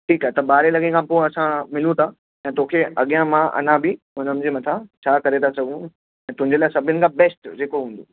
ठीकु आहे त ॿारहें लॻे खां पोइ असां मिलूं था ऐं तोखे अॻियां मां अञा बि उन्हनि जे मथां छा करे था सघूं ऐं तुंहिंजे लाइ सभिनि खां बेस्ट जेको हूंदो